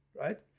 right